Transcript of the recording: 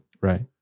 Right